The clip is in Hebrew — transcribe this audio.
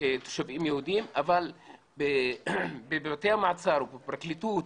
תושבים יהודים אבל בבתי המעצר ובפרקליטות